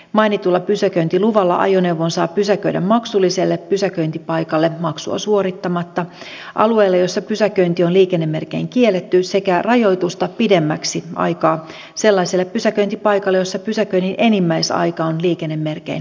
mainitulla pysäköintiluvalla ajoneuvon saa pysäköidä maksulliselle pysäköintipaikalle maksua suorittamatta alueelle jolla pysäköinti on liikennemerkein kiellettyä sekä rajoitusta pidemmäksi aikaa sellaiselle pysäköintipaikalle jolla pysäköinnin enimmäisaikaa on liikennemerkein rajoitettu